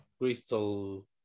Crystal